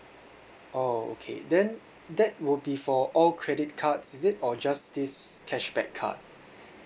oh okay then that will be for all credit cards is it or just this cashback card